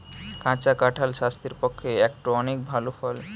কাঁচা কাঁঠাল স্বাস্থ্যের পক্ষে একটো অনেক ভাল ফল